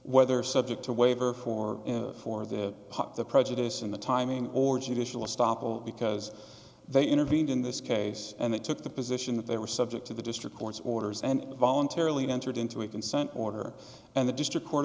whether subject to waiver for for the pop the prejudice in the timing or judicial stoppel because they intervened in this case and they took the position that they were subject to the district court's orders and voluntarily entered into a consent order and the district court